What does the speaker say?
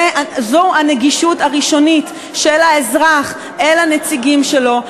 זו הנגישות הראשונית של האזרח אל הנציגים שלו.